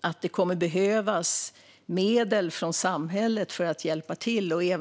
att det kommer att behövas medel från samhället för att hjälpa till.